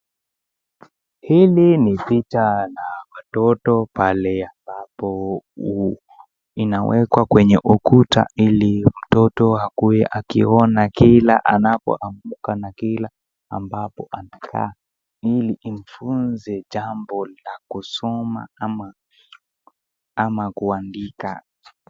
Hili ni picha la watoto pale ambapo inawekwa kwenye ukuta ili mtoto akue akiona kila anapoamuka na kila ambapo anakaa ili imfunze jambo la kusoma ama kuandika.